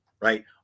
right